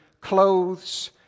Clothes